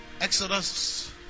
Exodus